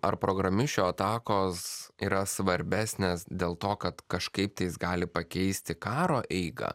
ar programišių atakos yra svarbesnės dėl to kad kažkaip tais gali pakeisti karo eigą